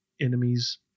enemies